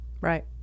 Right